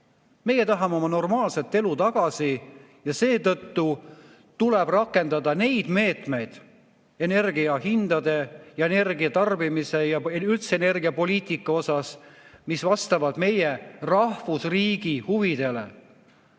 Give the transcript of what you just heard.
Meie tahame oma normaalset elu tagasi ja seetõttu tuleb rakendada neid meetmeid energiahindade ja energia tarbimise ja üldse energiapoliitika osas, mis vastavad meie rahvusriigi huvidele.